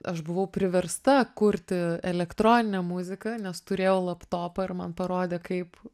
aš buvau priversta kurti elektroninę muziką nes turėjau laptopą ir man parodė kaip